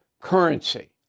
currency